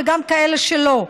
וגם כאלה שלא,